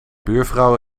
buurvrouw